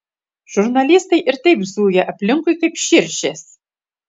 žurnalistai ir taip zuja aplinkui kaip širšės